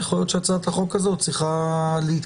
יכול להיות שהצעת החוק הזאת צריכה להתקדם,